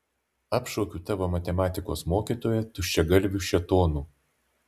apšaukiu tavo matematikos mokytoją tuščiagalviu šėtonu